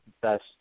best